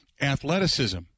athleticism